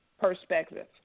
perspective